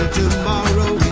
tomorrow